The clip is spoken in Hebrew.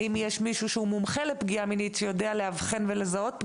האם יש מישהו שהוא מומחה לפגיעה מינית שיודע לאבחן ולזהות?